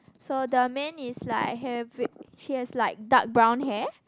so the man is like have it he has like dark brown hair